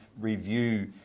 review